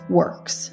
works